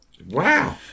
Wow